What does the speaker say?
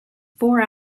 four